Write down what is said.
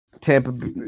Tampa